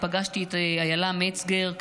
פגשתי את אילה מצגר,